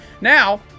Now